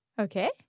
Okay